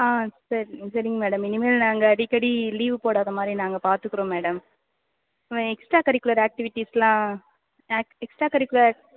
ஆ சரிங்க சரிங்க மேடம் இனிமேல் நாங்கள் அடிக்கடி லீவ் போடாத மாதிரி நாங்கள் பார்த்துக்குறோம் மேடம் இவன் எக்ஸ்ட்ரா கரிக்குலர் ஆக்டிவிட்டிஸ்லாம் ஆக்ட் எக்ஸ்ட்ரா கரிக்குலர்